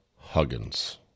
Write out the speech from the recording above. Huggins